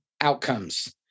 outcomes